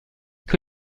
que